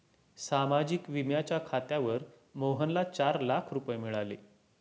सामाजिक विम्याच्या खात्यावर मोहनला चार लाख रुपये मिळाले